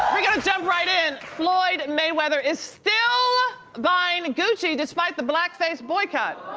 we're gonna jump right in. floyd mayweather is still buying gucci despite the blackface boycott.